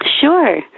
Sure